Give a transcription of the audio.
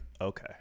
okay